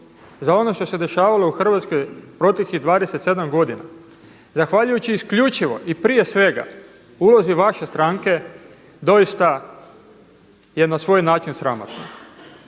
za ono što se dešavalo u Hrvatskoj proteklih 27 godina. Zahvaljujući isključivo i prije svega ulozi vaše stranke doista je na svoj način sramotno.